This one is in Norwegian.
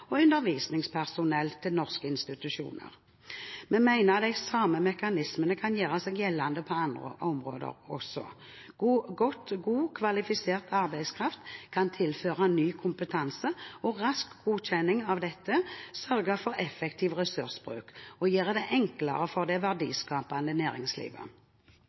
og undervisningspersonell til norske institusjoner. Vi mener de samme mekanismene kan gjøre seg gjeldende på andre områder også. Godt kvalifisert arbeidskraft kan tilføre ny kompetanse, og rask godkjenning av dette sørger for effektiv ressursbruk og gjør det enklere for det verdiskapende næringslivet.